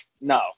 no